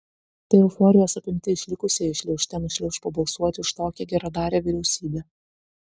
tai euforijos apimti išlikusieji šliaužte nušliauš pabalsuoti už tokią geradarę vyriausybę